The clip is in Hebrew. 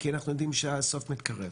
אם יש במקרה נשמח להעלות.